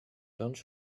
don’t